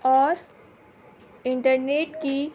اور انٹرنیٹ کی